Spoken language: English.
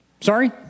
Sorry